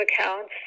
accounts